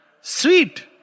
Sweet